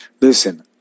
Listen